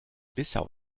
bissau